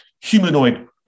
humanoid